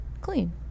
clean